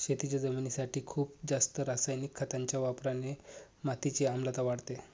शेतीच्या जमिनीसाठी खूप जास्त रासायनिक खतांच्या वापराने मातीची आम्लता वाढते